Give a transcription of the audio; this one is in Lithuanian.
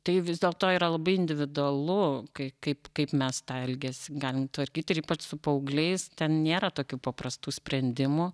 tai vis dėlto yra labai individualu kai kaip kaip mes tą elgesį galim tvarkyti ir ypač su paaugliais ten nėra tokių paprastų sprendimų